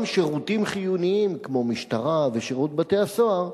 שירותים חיוניים כמו משטרה ושירות בתי-הסוהר,